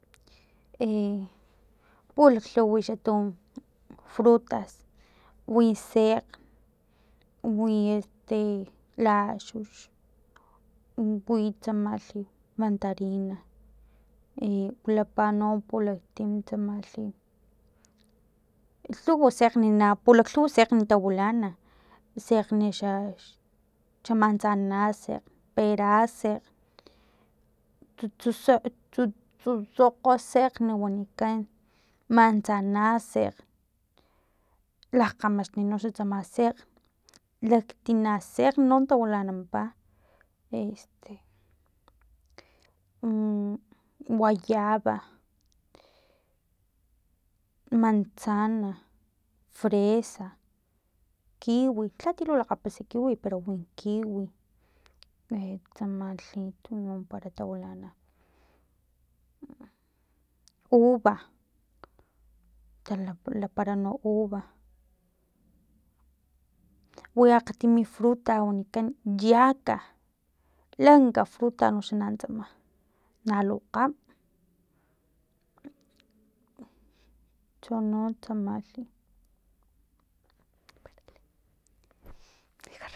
E pulaklhuw wixatu frutas wi sekgn wi este laxux witsamalhi mantarina e wilapa no pulaktin tsamalhi lhuwa segn pulaklhuwa sekg tawilana sekgni xa xa manzanasekg perasekg tsutsu tsutsukgosekg wanikan manzanasekg lakgamaxnin xa tsama sekgn liaktina sekg no tawilananpa este mmm huayaba manzana fresa kiwi lati lu lakgapasa kiwi pero kiwi e tsamalhi tunuwampara tawilana mm uva talapara no uva wi akgtimi fruta wanikan yaka lanka fruta noxan tsama nalukgam tsono tsamalhi.